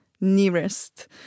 nearest